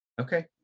Okay